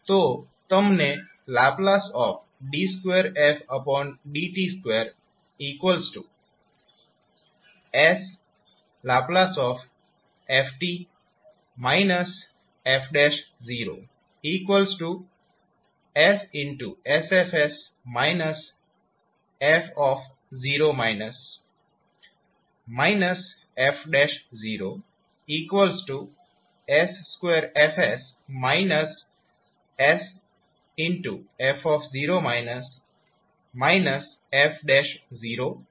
તો તમને ℒ d2fdt2sℒ f fssF f f s2F s f f મળશે